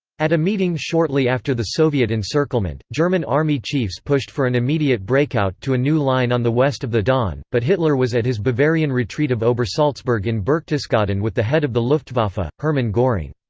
at a meeting shortly after the soviet encirclement, german army chiefs pushed for an immediate breakout to a new line on the west of the don, but hitler was at his bavarian retreat of obersalzberg in berchtesgaden with the head of the luftwaffe, ah hermann goring.